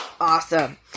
Awesome